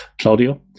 Claudio